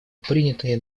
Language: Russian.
принятые